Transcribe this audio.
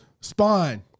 Spawn